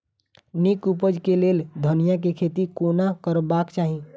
नीक उपज केँ लेल धनिया केँ खेती कोना करबाक चाहि?